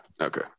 Okay